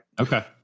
Okay